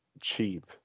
cheap